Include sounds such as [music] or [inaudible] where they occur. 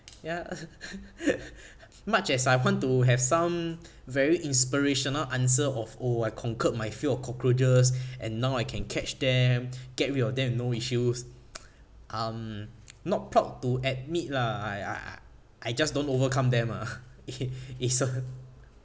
ya [laughs] as much as I want to have some very inspirational answer of oh I conquered my fear of cockroaches and now I can catch them get rid of them with no issues [noise] um not proud to admit lah I I I I just don't overcome them ah [laughs] it it's a